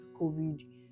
COVID